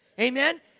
Amen